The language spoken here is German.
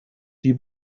die